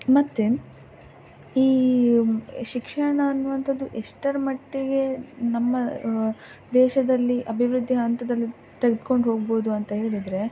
ಮತ್ತು ಈ ಶಿಕ್ಷಣ ಅನ್ನುವಂಥದ್ದು ಎಷ್ಟರ ಮಟ್ಟಿಗೆ ನಮ್ಮ ದೇಶದಲ್ಲಿ ಅಭಿವೃದ್ಧಿ ಹಂತದಲ್ಲಿ ತೆಗೆದ್ಕೊಂಡು ಹೋಗ್ಬೋದು ಅಂತ ಹೇಳಿದರೆ